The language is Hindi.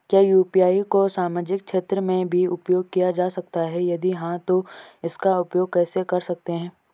क्या यु.पी.आई को सामाजिक क्षेत्र में भी उपयोग किया जा सकता है यदि हाँ तो इसका उपयोग कैसे कर सकते हैं?